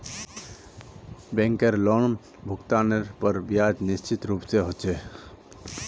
बैंकेर लोनभुगतानेर पर ब्याज निश्चित रूप से ह छे